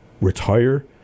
retire